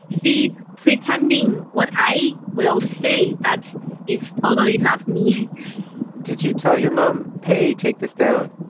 she's pretending what i will say that is totally not me did you tell your mom, hey, take this down?